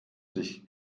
sich